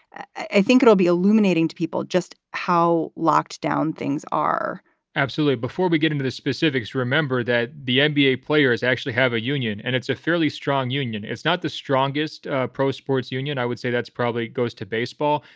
i think it will be illuminating to people just how locked down things are absolutely. before we get into the specifics, remember that the and nba players actually have a union and it's a fairly strong union. it's not the strongest pro sports union. i would say that's probably goes to baseball,